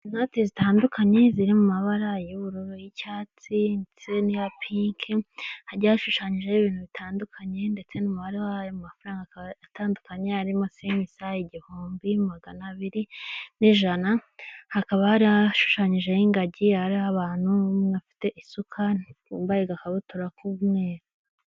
Inoti zitandukanye ziri mu mabara y'ubururu y'icyatsi ndetse n'iya pinki hagiye hashushanyijeho ibintu bitandukanye, ndetse n'umubare w'ayo mafaranga atandukanye arimo senkisa, igihumbi, magana abiri n'ijana, hakaba hari hashushanyijeho ingagi, hariho abantu bafite isuka, bambaye akabutura k'umweru.